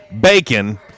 bacon